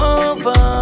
over